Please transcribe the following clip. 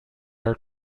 are